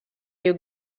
you